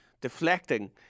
Deflecting